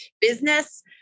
business